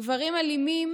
גברים אלימים